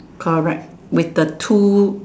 correct with the two